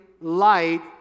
light